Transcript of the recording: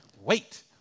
Wait